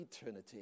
eternity